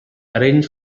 arrange